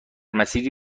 مسیری